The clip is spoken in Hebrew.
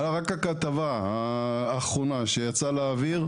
היינו צריכים להתמודד מול כ-1,500 עובדים כשהכתבה האחרונה יצאה לאוויר.